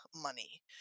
money